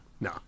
No